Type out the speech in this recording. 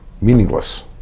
meaningless